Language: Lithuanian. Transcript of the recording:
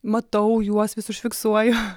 matau juos vis užfiksuoju